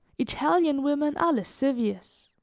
italian women are lascivious.